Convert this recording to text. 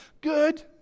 Good